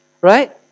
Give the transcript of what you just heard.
Right